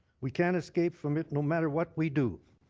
we can't escape from it no matter what we do.